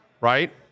right